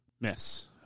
miss